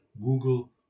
Google